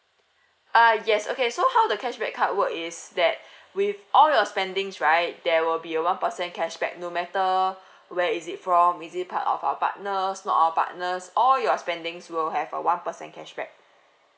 uh yes okay so how the cashback card work is that with all your spendings right there will be a one percent cashback no matter where is it from is it part of our partners not our partners all your spendings will have a one percent cashback